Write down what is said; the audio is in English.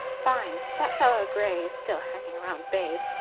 fine. that fellow gray is still hanging round babe.